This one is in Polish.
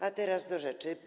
A teraz do rzeczy.